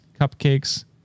cupcakes